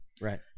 Right